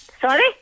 Sorry